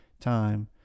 time